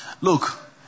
Look